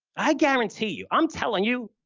i guarantee you, i'm telling you,